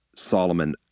Solomon